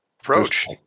Approach